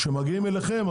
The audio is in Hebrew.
כשמגיעים אליכם,